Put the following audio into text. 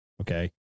Okay